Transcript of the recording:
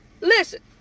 Listen